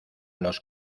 los